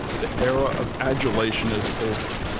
the era of adulation is over.